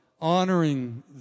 honoring